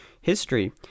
history